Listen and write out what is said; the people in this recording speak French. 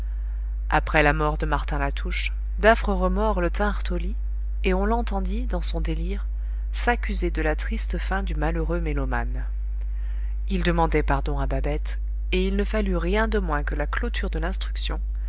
après la mort de martin latouche d'affreux remords le tinrent au lit et on l'entendit dans son délire s'accuser de la triste fin du malheureux mélomane il demandait pardon à babette et il ne fallut rien de moins que la clôture de l'instruction